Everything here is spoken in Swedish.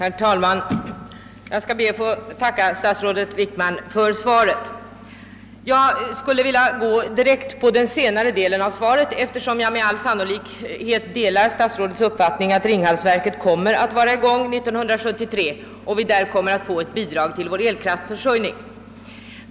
Herr talman! Jag ber att få tacka statsrådet Wickman för svaret på min fråga. Jag vill direkt gå in på den senare delen av svaret, eftersom jag de lar statsrådets uppfattning att Ringhalsverket med all sannolikhet kommer att vara i gång 1973 och att vi därigenom kommer att få ett bidrag till vår elkraftförsörjning.